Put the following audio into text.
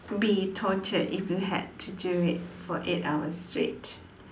be torture if you had to do it for eight hours straight